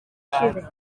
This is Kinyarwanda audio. ushize